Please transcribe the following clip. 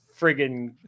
friggin